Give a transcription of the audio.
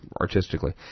artistically